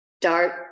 start